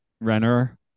Renner